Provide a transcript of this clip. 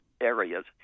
areas